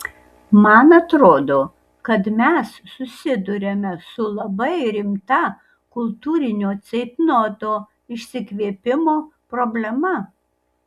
man atrodo kad mes susiduriame su labai rimta kultūrinio ceitnoto išsikvėpimo problema